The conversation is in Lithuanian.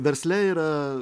versle yra